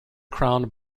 crowned